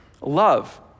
love